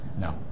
No